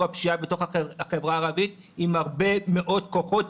הפשיעה בחברה הערבית עם הרבה מאוד כוחות,